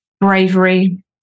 bravery